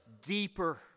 deeper